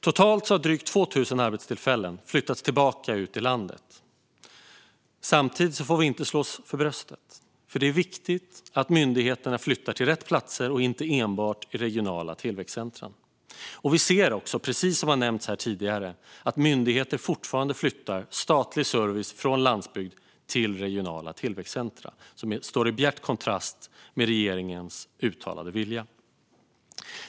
Totalt har drygt 2 000 arbetstillfällen flyttats tillbaka ut i landet. Samtidigt får vi inte slå oss för bröstet. Det är viktigt att myndigheter flyttar till rätt platser och inte enbart till regionala tillväxtcentrum. Vi ser också, precis som har nämnts här tidigare, att myndigheter fortfarande flyttar statlig service från landsbygd till regionala tillväxtcentrum. Detta står i bjärt kontrast till regeringens uttalade vilja.